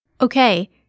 Okay